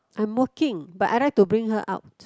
I'm working but I like to bring her out